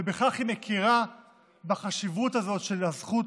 ובכך היא מכירה בחשיבות הזאת של הזכות